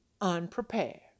unprepared